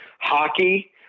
Hockey